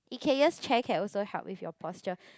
Ikea chair can also help with your posture